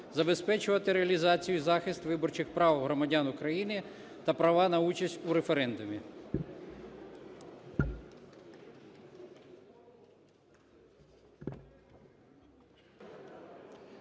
забезпечувати реалізацію і захист виборчих прав громадян України та права на участь у референдумі.